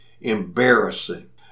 embarrassing